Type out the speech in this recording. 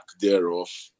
thereof